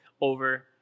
over